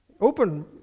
Open